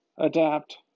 adapt